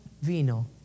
vino